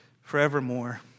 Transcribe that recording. forevermore